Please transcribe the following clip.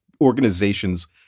Organizations